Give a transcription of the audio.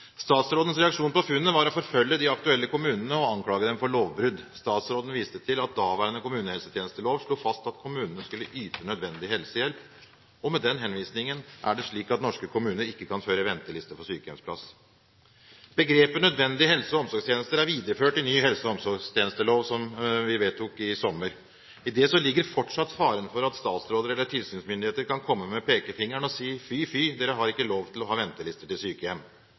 Statsrådens reaksjon på funnet var å forfølge de aktuelle kommunene og anklage dem for lovbrudd. Statsråden viste til at daværende kommunehelsetjenestelov slo fast at kommunene skulle yte nødvendig helsehjelp, og med den henvisningen er det slik at norske kommuner ikke kan føre ventelister for sykehjemsplass. Begrepet «nødvendige helse- og omsorgstjenester» er videreført i ny helse- og omsorgstjenestelov, som vi vedtok i sommer. I det ligger fortsatt faren for at statsråder eller tilsynsmyndigheter kan komme med pekefingeren og si fy-fy, dere har ikke lov til å ha ventelister til sykehjem.